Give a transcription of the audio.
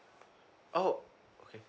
oh okay